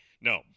No